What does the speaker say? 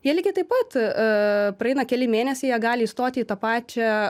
jie lygiai taip pat a praeina keli mėnesiai jie gali stoti į tą pačią